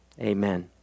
Amen